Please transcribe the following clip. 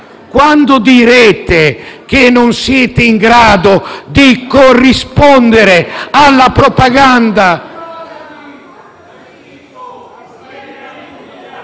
Quando direte che non siete in grado di corrispondere alla propaganda?